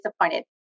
disappointed